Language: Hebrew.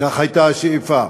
זו הייתה השאיפה.